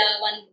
one